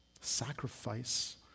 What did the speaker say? sacrifice